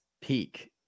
peak